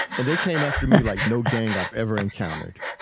and they came after me like no gang i've ever encountered.